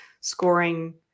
scoring